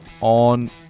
on